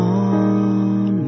on